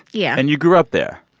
yeah and you grew up there?